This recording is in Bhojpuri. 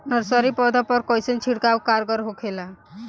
नर्सरी पौधा पर कइसन छिड़काव कारगर होखेला?